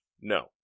No